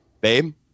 Babe